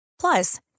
Plus